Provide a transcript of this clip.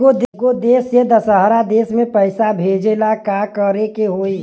एगो देश से दशहरा देश मे पैसा भेजे ला का करेके होई?